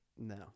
No